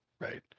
right